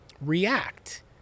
react